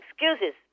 excuses